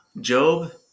Job